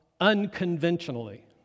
unconventionally